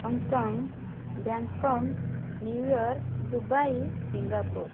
Hong Kong Bangkok New York Dubai Singapore